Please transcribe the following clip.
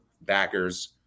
backers